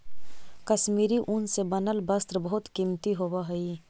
कश्मीरी ऊन से बनल वस्त्र बहुत कीमती होवऽ हइ